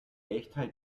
echtheit